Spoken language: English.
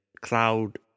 Cloud